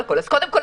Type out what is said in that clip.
קודם כל,